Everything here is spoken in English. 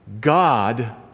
God